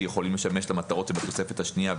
ויכולים לשמש למטרות שבתופסת השנייה,